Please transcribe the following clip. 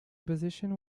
opposition